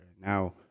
Now